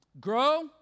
Grow